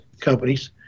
companies